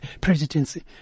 presidency